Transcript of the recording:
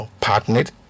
partnered